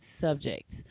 subjects